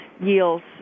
yields